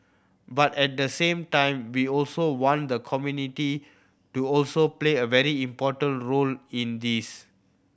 but at the same time we also want the community to also play a very important role in this